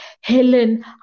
Helen